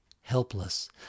helpless